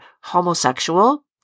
homosexual